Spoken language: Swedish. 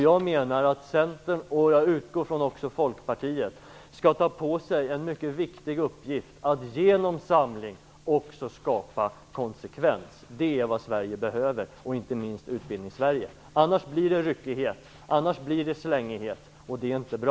Jag menar att Centern - och jag utgår från att det också gäller Folkpartiet - skall ta på sig den mycket viktiga uppgiften att genom samling också skapa konsekvens. Det är vad Sverige behöver, inte minst Utbildnings-sverige. Annars blir det ryckighet och slängighet, och det är inte bra.